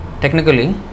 technically